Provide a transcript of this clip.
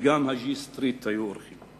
וגם ה-JStreet היו אורחים,